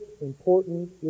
important